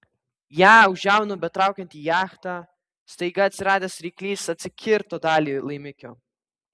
ją už žiaunų betraukiant į jachtą staiga atsiradęs ryklys atsikirto dalį laimikio